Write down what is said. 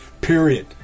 period